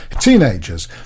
Teenagers